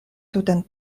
tutan